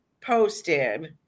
posted